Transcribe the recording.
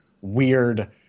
weird